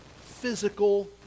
physical